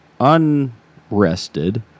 unrested